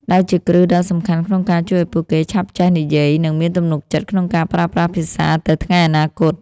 ដែលជាគ្រឹះដ៏សំខាន់ក្នុងការជួយឱ្យពួកគេឆាប់ចេះនិយាយ និងមានទំនុកចិត្តក្នុងការប្រើប្រាស់ភាសាទៅថ្ងៃអនាគត។